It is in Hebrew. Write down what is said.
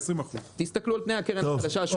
זה 20%. תסתכלו על תנאי הקרן החדשה.